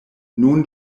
nun